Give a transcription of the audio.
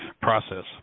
process